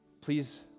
please